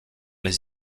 les